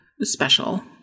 special